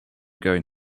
going